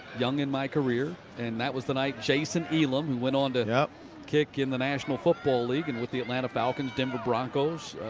young in my career. and that was the night jason ealum went on to kick in the national football league and with the um and falcons, the denver broncos,